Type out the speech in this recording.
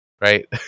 right